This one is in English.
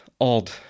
odd